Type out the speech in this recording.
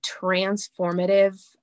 transformative